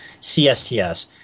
CSTS